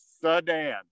sedan